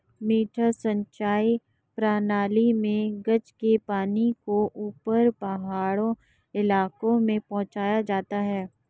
मडडा सिंचाई प्रणाली मे गज के पानी को ऊपर पहाड़ी इलाके में पहुंचाया जाता है